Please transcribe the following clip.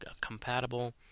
compatible